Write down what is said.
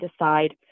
decide